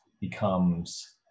becomes